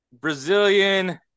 Brazilian